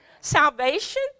Salvation